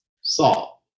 Salt